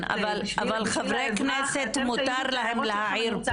כן, אבל לחברי הכנסת מותר להעיר פוליטית.